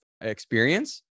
experience